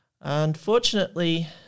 Unfortunately